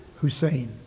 Hussein